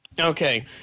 Okay